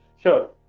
Sure